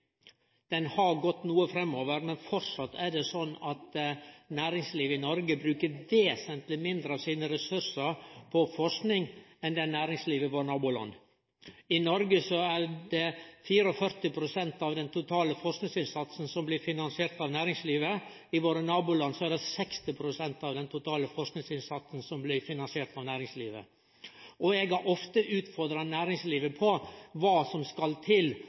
har gått noko framover, men framleis er det sånn at næringslivet i Noreg bruker vesentleg mindre av sine ressursar på forsking enn det næringslivet i våre naboland gjer. I Noreg er det 44 pst. av den totale forskingsinnsatsen som blir finansiert av næringslivet, i våre naboland er det 60 pst. Eg har ofte utfordra næringslivet på kva som skal til av stimuli og